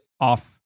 off